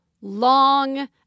long